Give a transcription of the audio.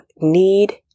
need